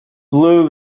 blew